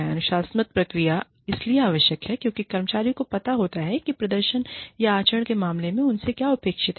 अनुशासनात्मक प्रक्रियाएं इसलिए आवश्यक हैं क्योंकि कर्मचारियों को पता होता है कि प्रदर्शन या आचरण के मामले में उनसे क्या अपेक्षित है